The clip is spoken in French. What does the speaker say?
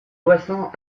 boisson